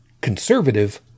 conservative